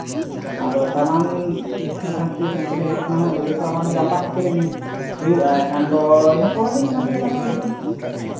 ᱟᱫᱚ ᱥᱟᱢᱟᱱ ᱮᱸᱰᱮᱠᱷᱟᱱ ᱛᱤᱥ ᱠᱤᱨᱤᱧ ᱦᱩᱭᱩᱜ ᱠᱟᱱᱟ ᱦᱟᱸᱜ ᱡᱩᱫᱤ ᱥᱟᱢᱟᱱ ᱜᱟᱯᱟ ᱥᱮᱫ ᱠᱤᱨᱤᱧ ᱟᱹᱧ ᱦᱩᱭᱩᱜᱼᱟ ᱮᱱᱠᱷᱟᱱ ᱫᱚᱭ ᱤᱱᱟᱹ ᱯᱚᱨᱮ ᱫᱤᱱ ᱠᱷᱚᱱᱜᱮ ᱞᱟᱜᱟᱣ ᱦᱩᱭᱩᱜᱼᱟ